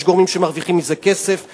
יש גורמים שמרוויחים מזה כסף,